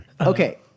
Okay